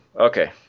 Okay